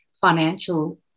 financial